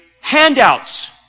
handouts